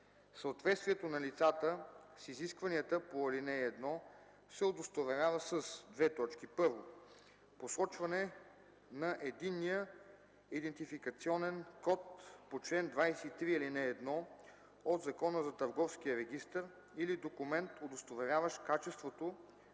Съответствието на лицата с изискванията по ал. 1 се удостоверява със: 1. посочване на единния идентификационен код по чл. 23, ал. 1 от Закона за търговския регистър или документ, удостоверяващ качеството